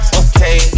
okay